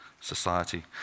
society